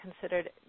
considered